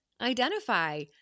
Identify